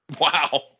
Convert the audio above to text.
Wow